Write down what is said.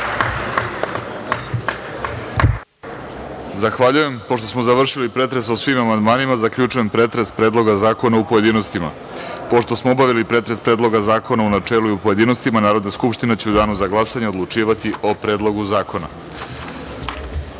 Zahvaljujem. Pošto smo završili pretres o svim amandmanima, zaključujem pretres Predloga zakona u pojedinostima. Pošto smo obavili pretres Predloga zakona u načelu i u pojedinostima, Narodna skupština će u danu za glasanje odlučivati o Predlogu zakona. Dame